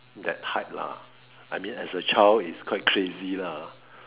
that height lah I mean as a child it's quite crazy lah